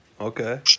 Okay